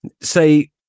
Say